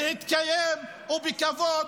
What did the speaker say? להתקיים ובכבוד,